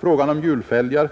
Frågan om hjulfälgar